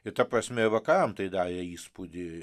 ir ta prasme ir vakaram tai darė įspūdį